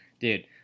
Dude